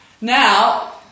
Now